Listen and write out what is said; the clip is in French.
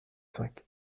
cinq